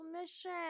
mission